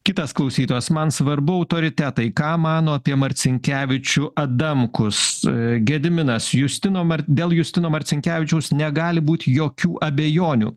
kitas klausytojas man svarbu autoritetai ką mano apie marcinkevičių adamkus gediminas justino dėl justino marcinkevičiaus negali būt jokių abejonių